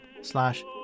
slash